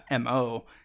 MO